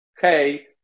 hey